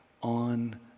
On